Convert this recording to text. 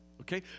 Okay